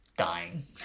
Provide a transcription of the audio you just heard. dying